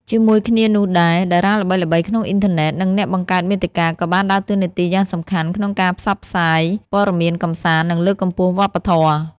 ជាមួយគ្នានោះដែរ តារាល្បីៗក្នុងអ៊ីនធឺណិត និងអ្នកបង្កើតមាតិកាក៏បានដើរតួនាទីយ៉ាងសំខាន់ក្នុងការផ្សព្វផ្សាយព័ត៌មាន កម្សាន្ត និងលើកកម្ពស់វប្បធម៌។